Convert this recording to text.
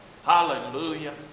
Hallelujah